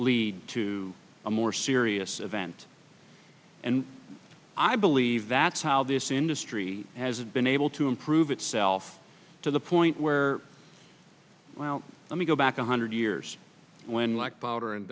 lead to a more serious event and i believe that's how this industry hasn't been able to improve itself to the point where well let me go back a hundred years when like